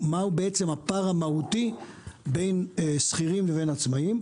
מה הפער המהותי בין שכירים לעצמאיים.